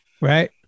right